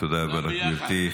תודה רבה לך, גברתי.